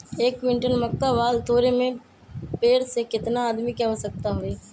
एक क्विंटल मक्का बाल तोरे में पेड़ से केतना आदमी के आवश्कता होई?